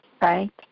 Right